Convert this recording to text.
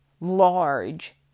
large